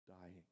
dying